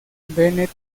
bennett